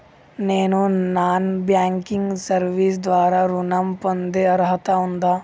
నేను non banking service ద్వారా ఋణం పొందే అర్హత ఉందా?